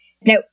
now